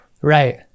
right